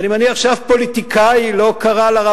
ואני מניח שאף פוליטיקאי לא קרא לרב